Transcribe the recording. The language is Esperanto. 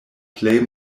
plej